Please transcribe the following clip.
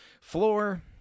floor